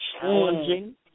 challenging